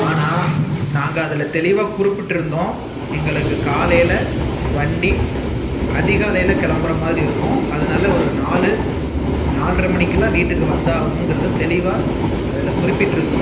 ஆனால் நாங்கள் அதில் தெளிவாக குறிப்பிட்டுருந்தோம் எங்களுக்கு காலையில் வண்டி அதிகாலையில் கிளம்புறமாதிரி இருக்கும் அதனால ஒரு நாலு நால்ரை மணிக்குல்லாம் வீட்டுக்கு வந்தாகணும்ங்குறதை தெளிவாக அதில் குறிப்பிட்டுடிருந்தோம்